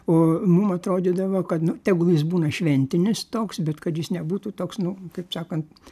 o mum atrodydavo kad nu tegul jis būna šventinis toks bet kad jis nebūtų toks nu kaip sakant